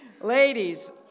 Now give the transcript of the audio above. ladies